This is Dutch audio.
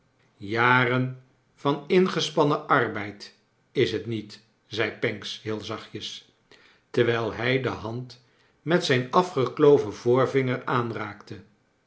jaren van ingespannen arbeid is t niet zei pancks heel zachtjes terwijl hij de hand met zijn afgekloven voorvinger aanraakte